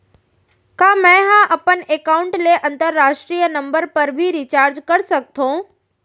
का मै ह अपन एकाउंट ले अंतरराष्ट्रीय नंबर पर भी रिचार्ज कर सकथो